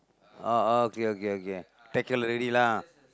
oh oh okay okay okay take care already lah